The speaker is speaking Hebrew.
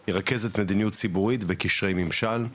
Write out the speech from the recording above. היא רכזת מדיניות ציבורית וקשרי ממשל,